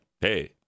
hey